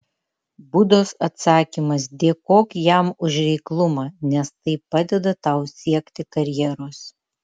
budos atsakymas dėkok jam už reiklumą nes tai padeda tau siekti karjeros